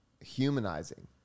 humanizing